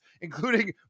including